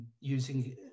using